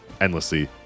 endlessly